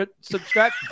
subscribe